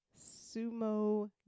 Sumo